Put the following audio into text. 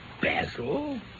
Basil